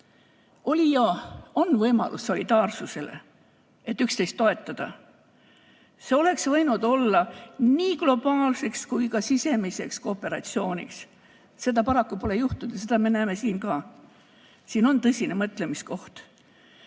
Oli ja on võimalus solidaarne olla, et üksteist toetada. See oleks võinud olla nii globaalne kui ka sisemine kooperatsioon. Seda pole paraku juhtunud ja seda me näeme ka siin. Siin on tõsine mõtlemiskoht.